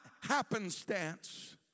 happenstance